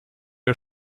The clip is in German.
der